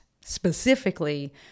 specifically